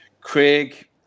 Craig